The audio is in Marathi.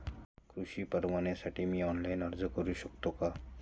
कृषी परवान्यासाठी मी ऑनलाइन अर्ज करू शकतो का?